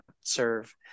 serve